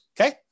okay